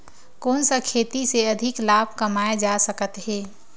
कोन सा खेती से अधिक लाभ कमाय जा सकत हे?